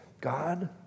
God